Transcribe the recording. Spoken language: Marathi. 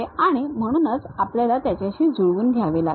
आणि म्हणूनच आपल्याला त्याच्याशी जुळवून घ्यावे लागेल